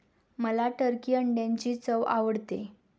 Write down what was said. मला टर्की अंड्यांची चव आवडते